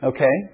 Okay